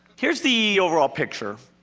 here's the overall picture.